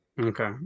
Okay